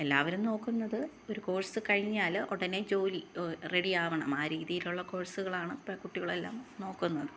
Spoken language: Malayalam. എല്ലാവരും നോക്കുന്നത് ഒരു കോഴ്സ് കഴിഞ്ഞാൽ ഉടനെ ജോലി റെഡി ആവണം ആ രീതിയിലുള്ള കോഴ്സുകളാണ് ഇപ്പം കുട്ടികൾ എല്ലാം നോക്കുന്നത്